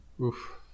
Oof